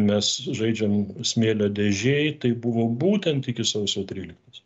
mes žaidžiam smėlio dėžėj tai buvo būtent iki sausio tryliktos